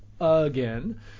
again